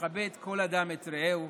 שנכבד כל אדם את רעהו,